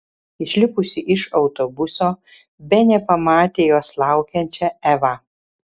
išlipusi iš autobuso benė pamatė jos laukiančią evą